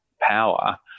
power